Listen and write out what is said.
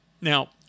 now